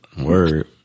Word